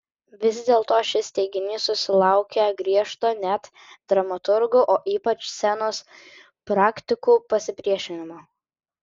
vis dėlto šis teiginys susilaukė griežto net dramaturgų o ypač scenos praktikų pasipriešinimo